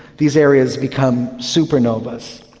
these areas become supernovas.